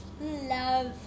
love